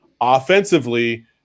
Offensively